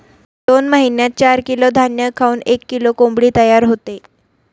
दोन महिन्यात चार किलो धान्य खाऊन एक किलो कोंबडी तयार होते